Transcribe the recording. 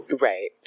Right